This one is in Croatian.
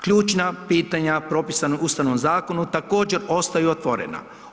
Ključna pitanja propisana Ustavnom zakonu također ostaju otvorena.